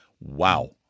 Wow